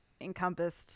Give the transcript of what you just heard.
encompassed